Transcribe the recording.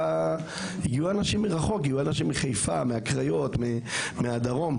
אנשים הגיעו מרחוק, מחיפה, קריות, דרום.